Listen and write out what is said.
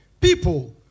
People